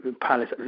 Palace